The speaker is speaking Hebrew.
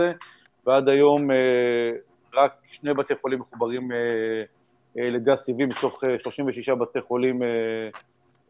ועד היום רק שני בתי חולים מחוברים לגז טבעי מתוך 36 בתי חולים כלליים.